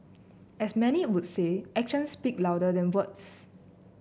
as many would say actions speak louder than words